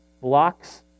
blocks